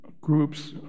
groups